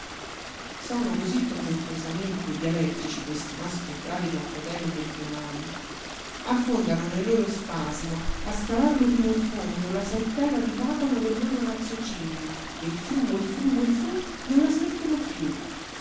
sono così tormentosamente dialettici questi nostri bravi confratelli meridionali affondano nel loro spasimo a scavarlo fino in fondo la saettella di trapano del loro raziocinio e fru e fru e fru non la smettono più